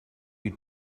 you